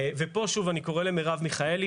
ושוב אני קורא למרב מיכאלי,